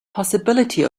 possibility